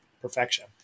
perfection